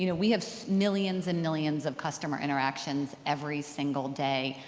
you know we have millions and millions of customer interactions every single day.